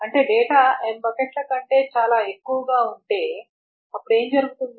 అంటే data m బకెట్ల కంటే చాలా ఎక్కువ ఉంటే అప్పుడు ఏమి జరుగుతుంది